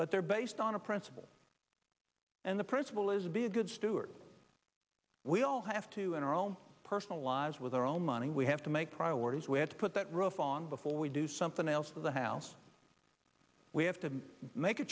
but they're based on a principle and the principle is be a good steward we all have to in our own personal lives with our own money we have to make priorities we have to put that roof on before we do something else of the house we have to make a